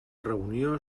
reunió